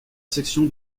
section